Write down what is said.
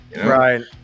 Right